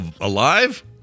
alive